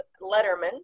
Letterman